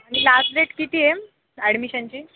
आणि last date किती आहे ॲडमिशनची